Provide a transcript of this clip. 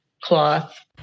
cloth